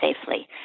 safely